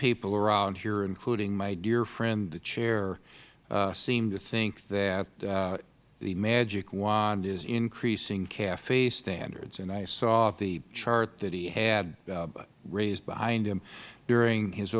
people around here including my dear friend the chair seemed to think that the magic wand is increasing cafe standards and i saw the chart that he had raised behind him during his